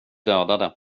dödade